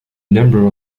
number